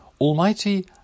Almighty